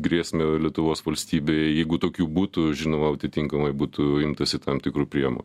grėsmę lietuvos valstybei jeigu tokių būtų žinoma atitinkamai būtų imtasi tam tikrų priemo